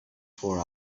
fore